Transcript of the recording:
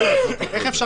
אפשר